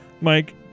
Mike